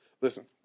Listen